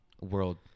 world